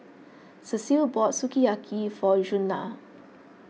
Cecile bought Sukiyaki for Djuana